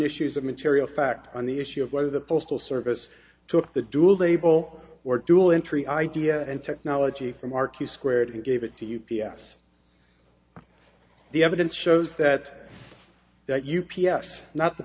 issues of material fact on the issue of whether the postal service took the dual label or dual entry idea and technology from our q squared he gave it to you p s the evidence shows that that u p s not the